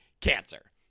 cancer